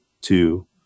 two